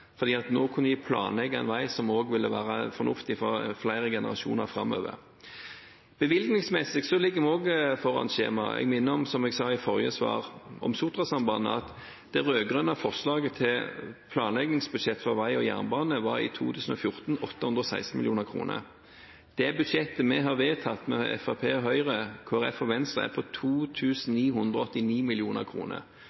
nå kunne de planlegge en vei som ville være fornuftig for flere generasjoner framover. Bevilgningsmessig ligger vi også foran skjema. Jeg minner om, som jeg sa i mitt forrige svar om Sotrasambandet, at det rød-grønne forslaget til planleggingsbudsjett for vei og jernbane i 2014 var på 816 mill. kr. Det budsjettet vi har vedtatt, Fremskrittspartiet, Høyre, Kristelig Folkeparti og Venstre, er på